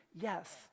yes